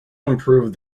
improved